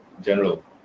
general